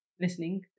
Listening